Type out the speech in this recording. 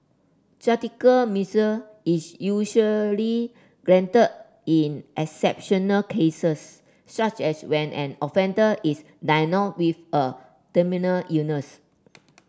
judicial mercy is usually granted in exceptional cases such as when an offender is diagnosed with a terminal illness